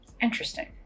Interesting